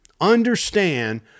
understand